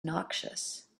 noxious